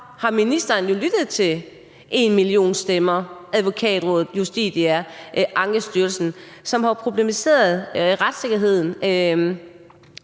så ministeren har jo lyttet til enmillionstemmer, Advokatrådet, Justitia og Ankestyrelsen, som har problematiseret, at retssikkerheden